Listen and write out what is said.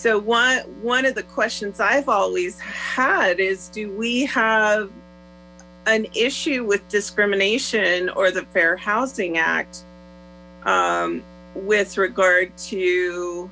so one of the questions i've always had is do we have an issue with discrimination or the fair housing act with regard to